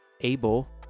able